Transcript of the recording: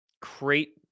create